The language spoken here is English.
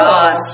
God